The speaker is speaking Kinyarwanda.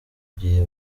gihe